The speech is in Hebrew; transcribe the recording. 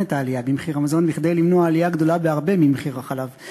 את העלייה במחיר המזון כדי למנוע עלייה גדולה בהרבה במחיר החלב.